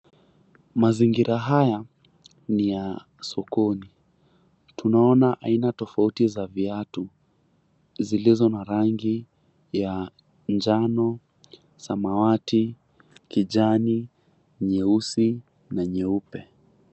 Mazingira haya ni ya sokoni tunaona aina tofauti za viatu zilizo na rangi ya njano, samawati, kijani, nyeusi na nyeupe.